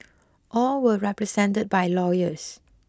all were represented by lawyers